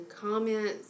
comments